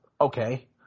okay